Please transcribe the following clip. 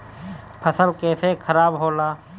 फसल कैसे खाराब होला?